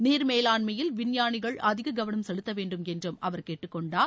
நீர்மேலாண்மையில் விஞ்ஞானிகள் அதிக கவனம் செலுத்த வேண்டும் என்றும் அவர் கேட்டுக்கொண்டார்